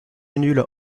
nul